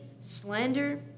slander